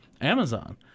Amazon